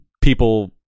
people